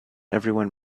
everyone